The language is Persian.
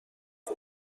کلی